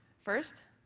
first,